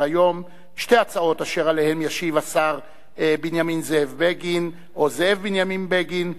שתי ההצעות אשר עליהן ישיב השר בנימין זאב בגין או זאב בנימין בגין,